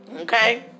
okay